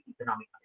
economic